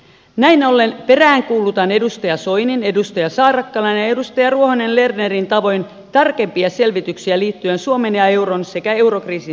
näin ollen peräänkuulutan edustaja soinin edustaja saarakkalan ja edustaja ruohonen lernerin tavoin tarkempia selvityksiä suomen ja euron sekä eurokriisin suhteesta